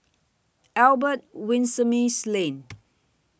Albert Winsemius Lane